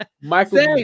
Michael